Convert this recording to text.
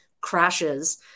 crashes